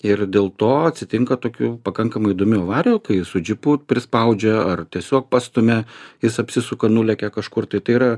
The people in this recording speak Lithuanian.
ir dėl to atsitinka tokių pakankamai įdomių avarijų kai su džipu prispaudžia ar tiesiog pastumia jis apsisuka nulekia kažkur tai tai yra